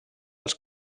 els